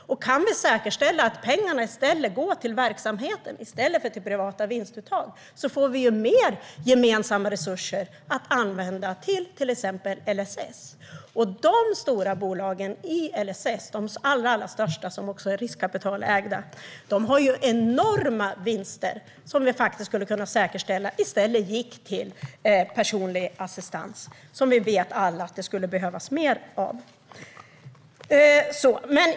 Kan vi säkerställa att pengarna går till verksamheten i stället för till privata vinstuttag får vi mer gemensamma resurser att använda till exempel när det gäller LSS. De allra största bolagen när det gäller LSS, som är riskkapitalägda, har enorma vinster. Vi skulle kunna säkerställa att de i stället går till personlig assistans, som vi alla vet att det skulle behövas mer av.